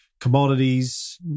Commodities